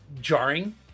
jarring